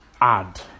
add